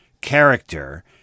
character